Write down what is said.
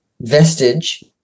vestige